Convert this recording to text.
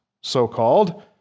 so-called